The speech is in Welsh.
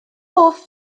hoff